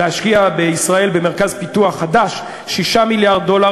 להשקיע בישראל במרכז פיתוח חדש 6 מיליארד דולר,